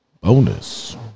bonus